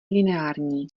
lineární